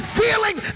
feeling